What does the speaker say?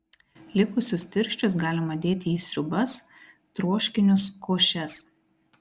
likusius tirščius galima dėti į sriubas troškinius košes